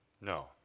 No